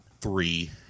Three